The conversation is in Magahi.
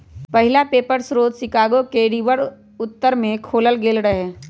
पहिला पेपर स्रोत शिकागो के रिवर उत्तर में खोलल गेल रहै